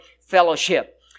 fellowship